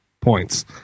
points